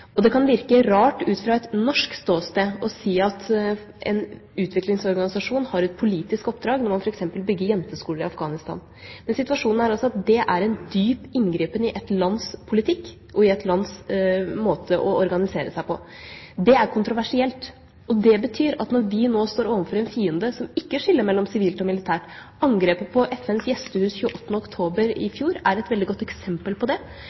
Det kan virke rart ut fra et norsk ståsted å si at en utviklingsorganisasjon har et politisk oppdrag når man f.eks. bygger jenteskoler i Afghanistan. Men situasjonen er at det er en dyp inngripen i et lands politikk og i et lands måte å organisere seg på. Det er kontroversielt, og det betyr at når vi nå står overfor en fiende som ikke skiller mellom sivilt og militært – angrepet på FNs gjestehus 28. oktober i